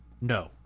no